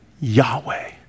Yahweh